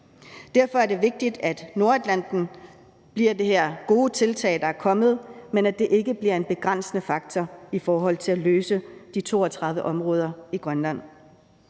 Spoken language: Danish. Derfor er det vigtigt, at Nordatlantpuljen bliver det her gode tiltag, der er kommet, men at det ikke bliver en begrænsende faktor i forhold til at takle de 32 områder i Grønland.